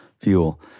fuel